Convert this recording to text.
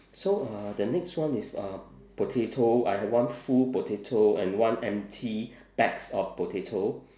so uh the next one is uh potato I have one full potato and one empty bags of potato